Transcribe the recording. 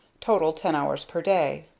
total ten hours per day.